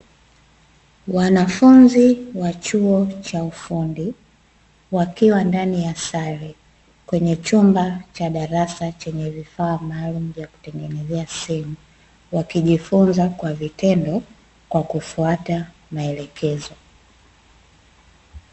Wanafunzi wa chuo cha ufundi wakiwa ndani ya sare, kwenye chumba cha darasa chenye vifaa maalumu vya kutengenezea simu, wakijifunza kwa vitendo kwa kufata maelekezo.